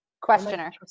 Questioner